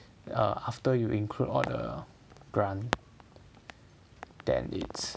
err after you include all the grant then it's